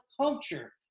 culture